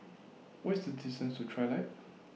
What IS The distance to Trilight